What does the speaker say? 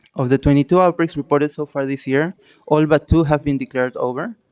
of the twenty two outbreaks reported so far this year all, but two have been declared over.